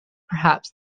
perhaps